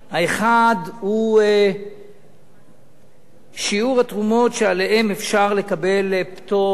האחד הוא שיעור התרומות שעליהן אפשר לקבל פטור